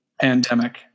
pandemic